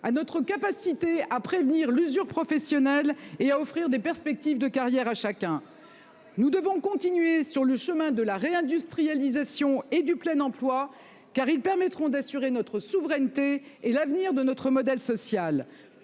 à notre capacité à prévenir l'usure professionnelle et à offrir des perspectives de carrière à chacun. En les faisant travailler deux ans de plus ? Nous devons continuer sur le chemin de la réindustrialisation et du plein emploi, car ils permettront d'assurer notre souveraineté et l'avenir de notre modèle social.